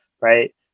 Right